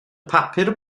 papur